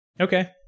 Okay